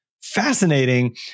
fascinating